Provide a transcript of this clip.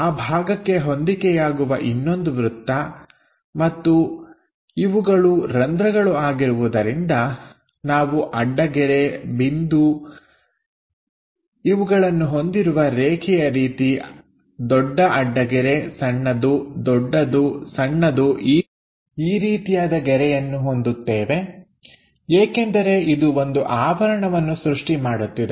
ಆ ಭಾಗಕ್ಕೆ ಹೊಂದಿಕೆಯಾಗುವ ಇನ್ನೊಂದು ವೃತ್ತ ಮತ್ತು ಇವುಗಳು ರಂಧ್ರಗಳು ಆಗಿರುವುದರಿಂದ ನಾವು ಅಡ್ಡಗೆರೆ ಬಿಂದು ಹೊಂದಿರುವ ರೇಖೆಯ ರೀತಿಯ ದೊಡ್ಡ ಅಡ್ಡಗೆರೆ ಸಣ್ಣದು ದೊಡ್ಡದು ಸಣ್ಣದು ಈ ರೀತಿಯಾದ ಗೆರೆಯನ್ನು ಹೊಂದುತ್ತೇವೆ ಏಕೆಂದರೆ ಇದು ಒಂದು ಆವರಣವನ್ನು ಸೃಷ್ಟಿ ಮಾಡುತ್ತಿದೆ